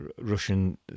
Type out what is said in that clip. Russian